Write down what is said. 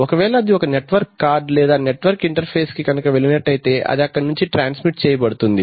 ఒకవేళ అది ఒక నెట్ వర్క్ కార్డ్ లేదా నెట్వర్క్ ఇంటర్ఫేస్ కి కనుక వెళ్ళినట్లయితే అది అక్కడి నుంచి ట్రాన్స్ మిట్ చేయబడుతుంది